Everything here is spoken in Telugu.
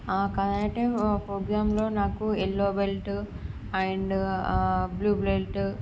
ఆ కరాటే ప్రోగ్రాంలో నాకు yellow belt and blue belt